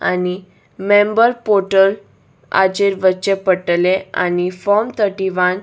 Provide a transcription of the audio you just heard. आनी member portal हाचेर वच्चें पडटले आनी फॉम थर्टी वान